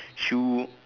shoe